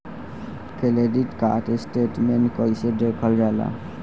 Credit card statement कइसे देखल जाला?